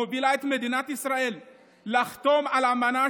מובילה את מדינת ישראל לחתום על אמנה,